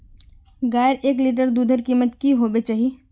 गायेर एक लीटर दूधेर कीमत की होबे चही?